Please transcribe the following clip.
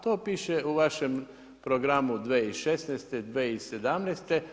To piše u vašem programu 2016., 2017.